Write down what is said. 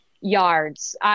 Yards